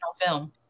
film